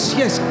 yes